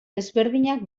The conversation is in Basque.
desberdinak